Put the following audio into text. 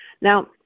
Now